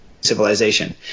civilization